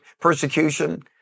persecution